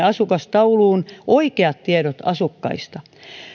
asukastauluun oikeat tiedot asukkaista